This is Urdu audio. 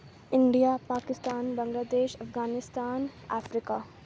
India Pakistan Bangladesh Afghanistan Africa